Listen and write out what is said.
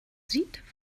sieht